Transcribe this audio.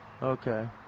Okay